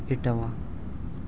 Etawah